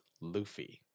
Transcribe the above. luffy